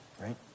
right